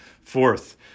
Fourth